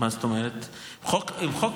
את זה עכשיו עם חוק